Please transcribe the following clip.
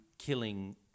Killing